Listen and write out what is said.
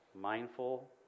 mindful